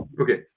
Okay